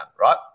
right